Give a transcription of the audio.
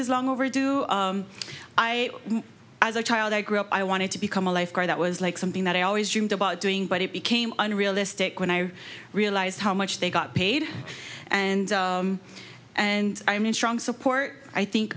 is long overdue i as a child i grew up i wanted to become a lifeguard that was like something that i always dreamed about doing but it became unrealistic when i realized how much they got paid and and i am in strong support i think